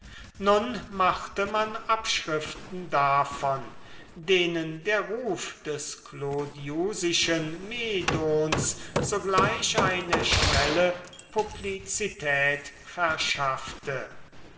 nun machte man abschriften davon denen der ruf des clodiusischen medons sogleich eine schnelle publizität verschaffte